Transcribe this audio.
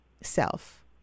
self